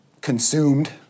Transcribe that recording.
consumed